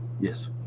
Yes